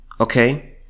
Okay